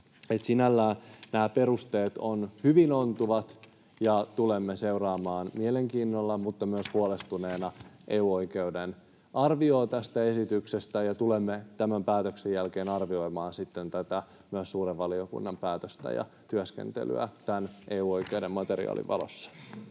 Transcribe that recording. Sinällään nämä perusteet ovat hyvin ontuvat. Tulemme seuraamaan mielenkiinnolla mutta myös huolestuneena EU-oikeuden arviota tästä esityksestä ja tulemme tämän päätöksen jälkeen arvioimaan sitten myös suuren valiokunnan päätöstä ja työskentelyä tämän EU-oikeuden materiaalin valossa.